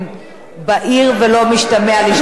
בהיר ולא משתמע לשתי פנים.